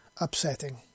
upsetting